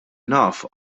naf